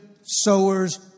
sowers